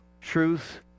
truth